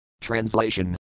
Translation